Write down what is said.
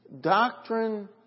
Doctrine